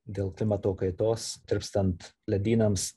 dėl klimato kaitos tirpstant ledynams